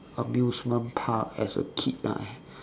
amusement park as a kid ah